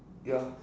ya